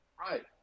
Right